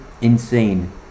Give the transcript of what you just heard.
insane